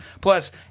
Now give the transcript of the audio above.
plus